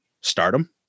stardom